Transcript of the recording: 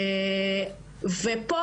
פה,